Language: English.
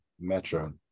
Metro